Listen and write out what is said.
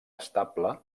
estable